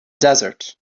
desert